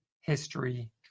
History